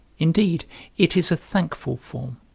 indeed it is a thankful form,